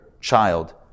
child